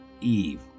Eve